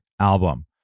album